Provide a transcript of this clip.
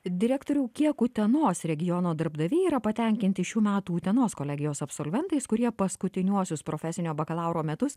direktoriau kiek utenos regiono darbdaviai yra patenkinti šių metų utenos kolegijos absolventais kurie paskutiniuosius profesinio bakalauro metus